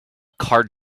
card